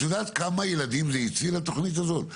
את יודע כמה ילדים הצילה התוכנית הזאת?